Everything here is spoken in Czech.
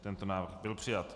Tento návrh byl přijat.